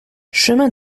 chemin